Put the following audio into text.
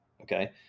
Okay